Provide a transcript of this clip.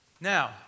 Now